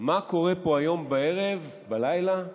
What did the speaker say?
מה קורה פה היום בערב, בלילה,